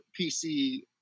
PC